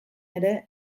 ere